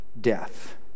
death